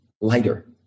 lighter